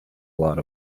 lot